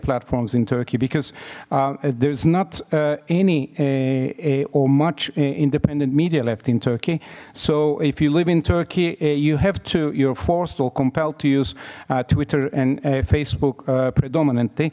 platforms in turkey because there's not any a or much independent media left in turkey so if you live in turkey you have to you're forced or compelled to use twitter and facebook predominantly